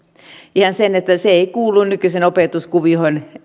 ihan sen takia että se ei kuulu nykyiseen opetuskuvioon